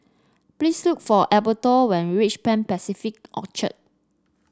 please look for Alberto when you reach Pan Pacific Orchard